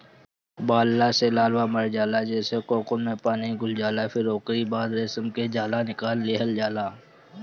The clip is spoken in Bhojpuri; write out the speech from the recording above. उबालला से लार्वा मर जाला जेसे कोकून पानी में घुल जाला फिर ओकरी बाद रेशम के निकाल लिहल जाला